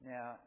Now